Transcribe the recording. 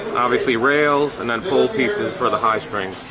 obviously rails and then full pieces for the high string